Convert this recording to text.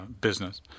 business